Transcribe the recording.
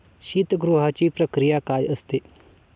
शीतगृहाची प्रक्रिया काय असते?